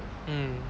mm